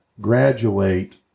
graduate